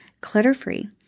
clutter-free